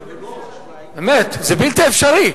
באמת, זה בלתי אפשרי.